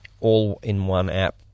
all-in-one-app